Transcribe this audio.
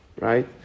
Right